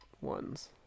ones